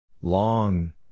Long